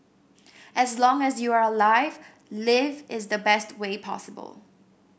as long as you are alive live is the best way possible